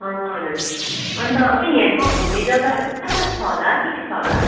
हजुर अन्त बैनी यहाँ हेर्नु घुम्ने जग्गाहरू कता छ होला के के छ होला